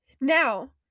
Now